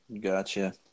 Gotcha